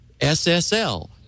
SSL